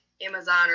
Amazon